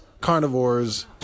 carnivores